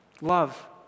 Love